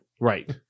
Right